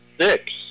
six